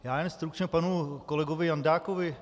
Já jen stručně k panu kolegovi Jandákovi.